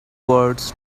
words